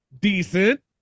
decent